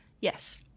yes